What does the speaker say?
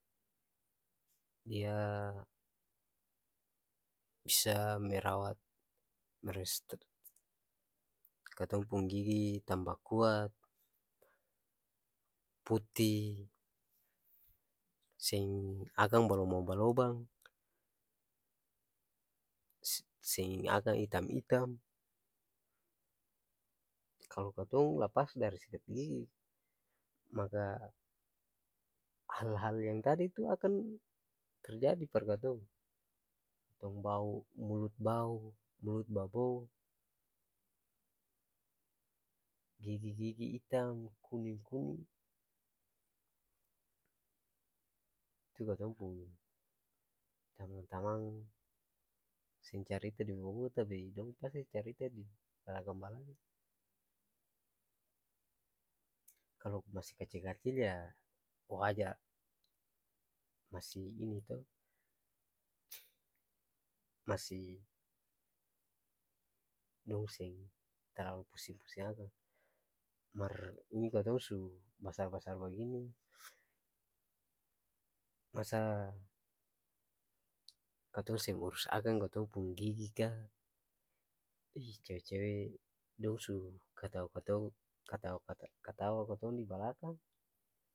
Ya bisa merawat katong pung gigi tamba kuat, puti seng akang balobang-balobang se seng akang itam-itam kalo katong lapas dari sikat gigi maka hal-hal yang tadi tu akan terjadi par katong tong bau mulut bau mulut ba-bou gigi-gigi itam kuning-kuning itu katong pung tamang-tamang seng carita di muka-muka tapi dong pasti carita di balakang-balakang kalo masi kacil-kacil ya wajar masi ini to masi dong seng talalu pusing-pusing akang mar ini katong su basar-basar bagini masa katong seng urus akang katong pung gigi ka ih cewe-cewe dong su katawa katong katawa-katawa katong di balakang.